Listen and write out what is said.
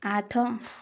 ଆଠ